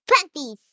Puppies